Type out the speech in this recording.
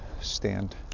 stand